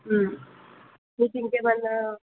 నీకు ఇంకేమన్న